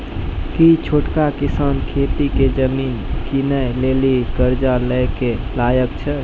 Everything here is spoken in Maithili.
कि छोटका किसान खेती के जमीन किनै लेली कर्जा लै के लायक छै?